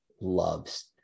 loves